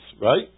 right